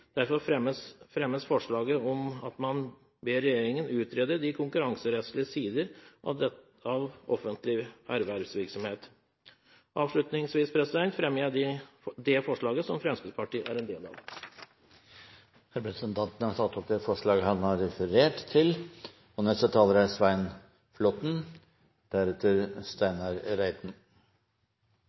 Derfor fremmes forslaget om at man ber regjeringen utrede de konkurranserettslige sider av offentlig ervervsvirksomhet. Avslutningsvis tar jeg opp det forslaget som Fremskrittspartiet er med på. Representanten Per Roar Bredvold har tatt opp det forslaget han refererte til.